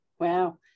Wow